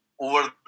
over